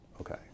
Okay